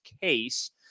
case